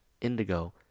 Indigo